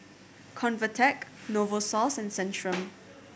Convatec Novosource and Centrum